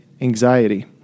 anxiety